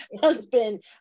husband